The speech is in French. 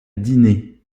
dîner